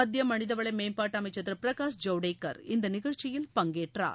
மத்திய மனிதவள மேம்பாட்டு அமைச்சர் திரு பிரகாஷ் ஜவடேக்கர் இந்த நிகழ்ச்சியில் பங்கேற்றார்